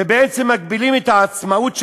ובעצם מגבילים את העצמאות שלהם,